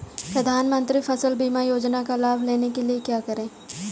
प्रधानमंत्री फसल बीमा योजना का लाभ लेने के लिए क्या करें?